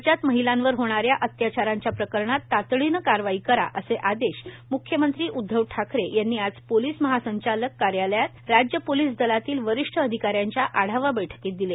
राज्यात महिलांवर होणाऱ्या अत्याचारांच्या प्रकरणात तातडीने कारवाई करा असे आदेश म्ख्यमंत्री उद्धव ठाकरे यांनी आज पोलीस महासंचालक कार्यालयात राज्य पोलीस दलातील वरिष्ठ अधिकाऱ्यांच्या आढावा बैठकीत दिले